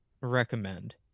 recommend